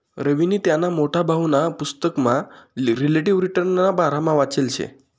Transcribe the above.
रवीनी त्याना मोठा भाऊना पुसतकमा रिलेटिव्ह रिटर्नना बारामा वाचेल शे